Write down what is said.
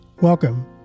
Welcome